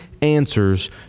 answers